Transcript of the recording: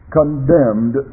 condemned